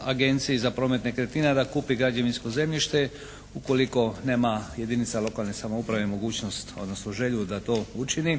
Agenciji za promet nekretnina da kupi građevinsko zemljište ukoliko nema jedinica lokalne samouprave mogućnost odnosno želju da to učini.